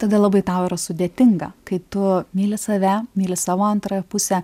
tada labai tau yra sudėtinga kai tu myli save myli savo antrąją pusę